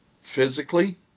Physically